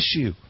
issue